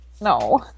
No